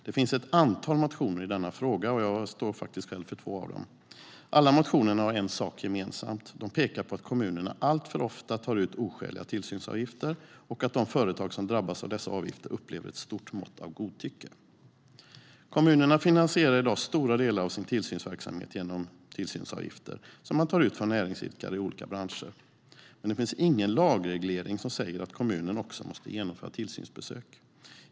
Det finns ett antal motioner i denna fråga, och jag står själv för två av dessa. Alla motionerna har en sak gemensamt: De pekar på att kommunerna alltför ofta tar ut oskäliga tillsynsavgifter och att de företag som drabbas av dessa avgifter upplever ett stort mått av godtycke. Kommunerna finansierar i dag stora delar av sin tillsynsverksamhet genom tillsynsavgifter som man tar ut från näringsidkare i olika branscher. Men det finns ingen lagreglering som säger att kommunen också måste genomföra tillsynsbesök.